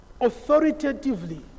authoritatively